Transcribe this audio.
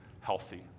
healthy